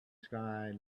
sky